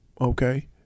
okay